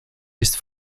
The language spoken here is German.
ist